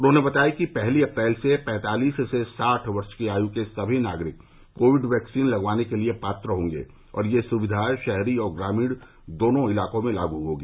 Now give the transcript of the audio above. उन्होंने बताया कि पहली अप्रैल से पैतालीस से साठ वर्ष की आयू के सभी नागरिक कोविड वैक्सीन लगवाने के लिए पात्र होंगे और यह सुविधा शहरी और ग्रामीण दोनों इलाकों में लागू होगी